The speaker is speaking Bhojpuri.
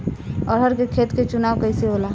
अरहर के खेत के चुनाव कइसे होला?